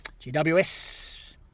GWS